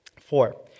Four